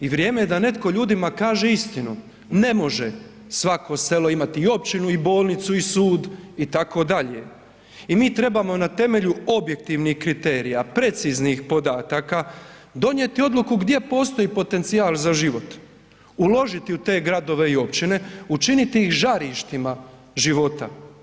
I vrijeme je da netko ljudima kaže istinu, ne može svako selo imati i općinu i bolnicu i sud itd. i mi trebamo na temelju objektivnih kriterija, preciznih podataka donijeti odluku gdje postoji potencijal za život, uložiti u te gradove i općine, učiniti ih žarištima života.